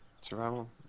survival